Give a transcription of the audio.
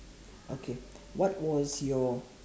okay what was your